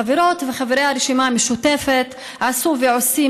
חברות וחברי הרשימה המשותפת עשו ועושים